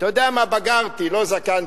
אתה יודע מה, בגרתי, לא זקנתי,